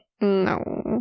No